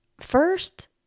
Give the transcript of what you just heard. First